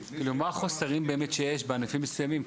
--- מה החוסרים שיש באמת בענפים מסוימים,